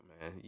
man